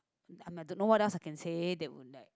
and I don't know what else I can say that would like